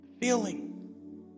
feeling